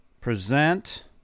Present